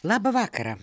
labą vakarą